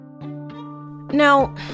Now